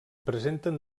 presenten